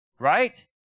Right